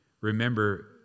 Remember